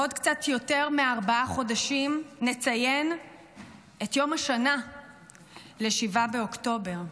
בעוד קצת יותר מארבעה חודשים נציין את יום השנה ל-7 באוקטובר.